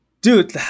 dude